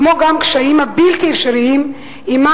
כמו גם הקשיים הבלתי-אפשריים שעמם